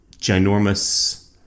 ginormous